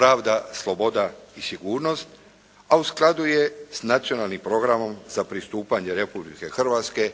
pravda, sloboda i sigurnost, a u skladu je s Nacionalnim programom za pristupanje Republike Hrvatske